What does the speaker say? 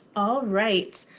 all right.